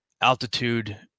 altitude